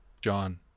John